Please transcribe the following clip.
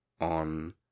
on